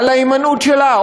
על ההימנעות שלה,